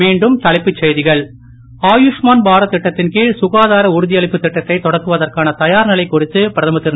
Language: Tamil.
மீண்டும் தலைப்புச் செய்திகள் ஆயுஷ்மான் பாரத் திட்டத்தின் கீழ் ககாதார உறுதியளிப்பு திட்டத்தைத் தொடக்குவதற்கான தயார்நிலை குறித்து பிரதமர் திரு